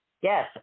yes